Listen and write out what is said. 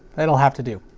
it'll have to do.